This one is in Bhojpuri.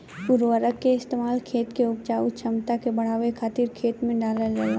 उर्वरक के इस्तेमाल खेत के उपजाऊ क्षमता के बढ़ावे खातिर खेत में डालल जाला